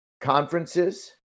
conferences